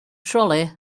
trolley